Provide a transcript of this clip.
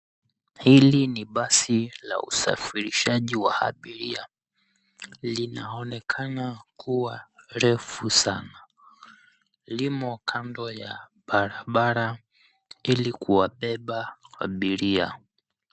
Hili ni basi la usafirishaji wa abiria. Linaonekana kuwa refu sana. Limo kando ya barabara ili kuwabeba abiria.